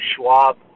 Schwab